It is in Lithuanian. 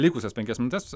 likusias penkias minutes